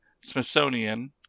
Smithsonian